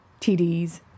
TDs